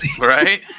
right